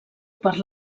per